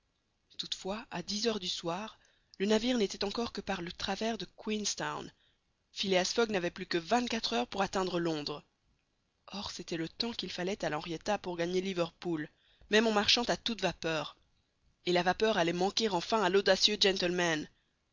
toutefois à dix heures du soir le navire n'était encore que par le travers de queenstown phileas fogg n'avait plus que vingt-quatre heures pour atteindre londres or c'était le temps qu'il fallait à l'henrietta pour gagner liverpool même en marchant à toute vapeur et la vapeur allait manquer enfin à l'audacieux gentleman